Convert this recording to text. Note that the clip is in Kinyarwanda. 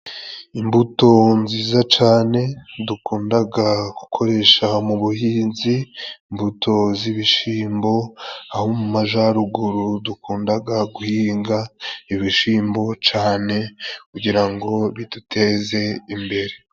Imbuto nziza cyane, dukunda gukoresha mu buhinzi, imbuto y'ibishyimbo, abo mu majyaruguru dukunda guhinga ibishyimbo cyane kugira biduteze imbere.